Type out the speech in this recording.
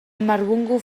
marbungu